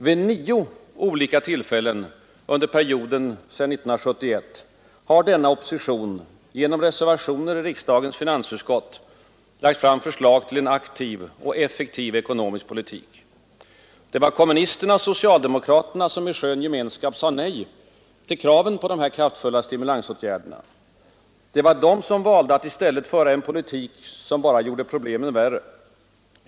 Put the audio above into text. Vid nio olika tillfällen under perioden sedan 1971 har denna opposition genom reservationer i riksdagens finansutskott lagt fram förslag till en aktiv och effektiv ekonomisk politik. Det var kommunisterna och socialdemokraterna som i skön gemenskap sade nej till de här kraven på kraftfulla stimulansåtgärder. Det var de som valde att i stället föra en politik som bara gjorde problemen värre.